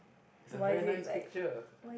it's a very nice picture